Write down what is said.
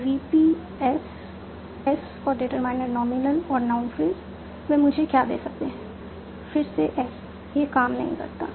VP S S और determiner nominal और noun phrase वे मुझे क्या दे सकते हैं फिर से S यह काम नहीं करता है